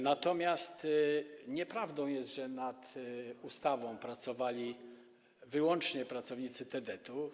Natomiast nieprawdą jest, że nad ustawą pracowali wyłącznie pracownicy TDT.